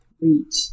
reach